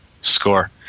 Score